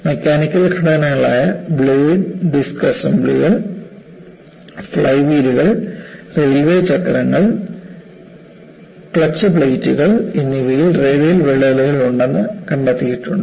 mechanical ഘടകങ്ങളായ blade disc അസംബ്ലികൾ fly വീലുകൾ റെയിൽവേ ചക്രങ്ങൾ ക്ലച്ച് പ്ലേറ്റുകൾ എന്നിവയിൽ റേഡിയൽ വിള്ളലുകൾ ഉണ്ടെന്ന് കണ്ടെത്തിയിട്ടുണ്ട്